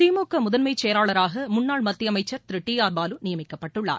திமுக முதன்மைச்செயலாளராக முன்னாள் மத்திய அமைச்சர் திரு டி ஆர் பாலு நியமிக்கப்பட்டுள்ளார்